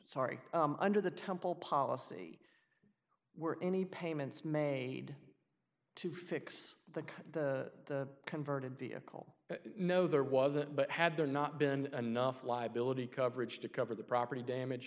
sorry under the temple policy were any payments made to fix the car the converted vehicle no there wasn't but had there not been enough liability coverage to cover the property damage